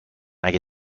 اگه